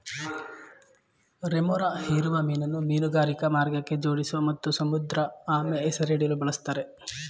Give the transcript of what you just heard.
remora ಹೀರುವ ಮೀನನ್ನು ಮೀನುಗಾರಿಕಾ ಮಾರ್ಗಕ್ಕೆ ಜೋಡಿಸೋ ಮತ್ತು ಸಮುದ್ರಆಮೆ ಸೆರೆಹಿಡಿಯಲು ಬಳುಸ್ತಾರೆ